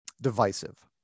divisive